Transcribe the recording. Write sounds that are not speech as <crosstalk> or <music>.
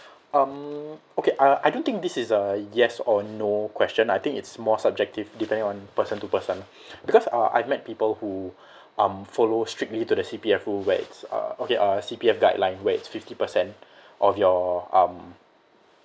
um okay uh I don't think this is a yes or no question I think it's more subjective depending on person to person <breath> because uh I've met people who um follow strictly to the C_P_F rule where it's uh okay uh C_P_F guideline where it's fifty percent of your um